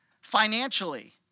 financially